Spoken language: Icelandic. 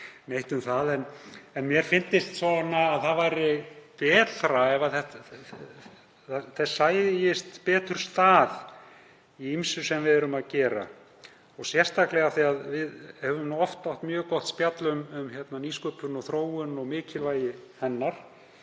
neitt um það, en mér fyndist betra ef þessa sæist betur stað í ýmsu sem við erum að gera og sérstaklega af því að við höfum oft átt mjög gott spjall um nýsköpun og þróun og mikilvægi hennar,